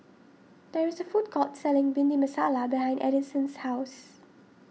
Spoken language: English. there is a food court selling Bhindi Masala behind Edison's house